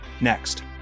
next